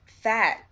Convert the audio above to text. fat